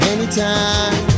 Anytime